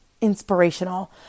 inspirational